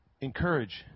encourage